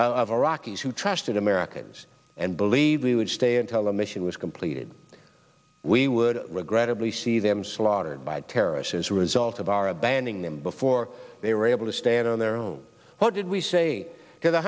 americans of iraqis who trusted americans and believe we would stay until the mission was completed we would regrettably see them slaughtered by terrorists as a result of our of banning them before they were able to stand on their own what did we say to the